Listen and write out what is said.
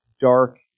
dark